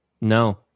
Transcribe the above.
no